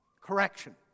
correction